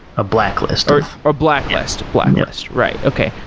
a blacklist or or blacklist. blacklist, right, okay.